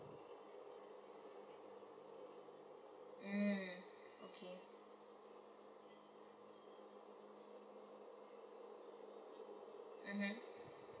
mm okay mmhmm